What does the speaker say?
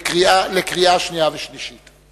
(תיקון מס' 9) לקריאה שנייה ולקריאה שלישית.